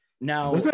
now